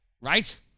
Right